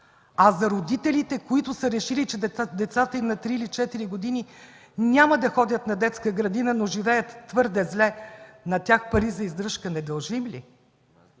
за родителите, които са решили, че децата им на три или на четири години няма да ходят на детска градина, но живеят твърде зле, на тях пари за издръжка не дължим ли?